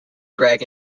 greg